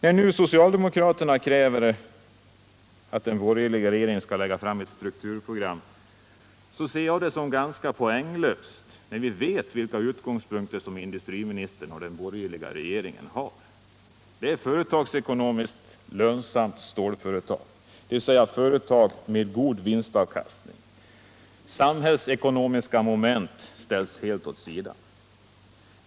När nu socialdemokraterna kräver att den borgerliga regeringen skall lägga fram ett strukturprogram ser jag det som ganska poänglöst när vi vet vilka utgångspunkter som industriministern och den borgerliga regeringen har: företagsekonomiskt lönsamma stålföretag, dvs. företag med god vinstavkastning. Samhällsekonomiska moment ställs helt åt sidan.